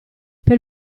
per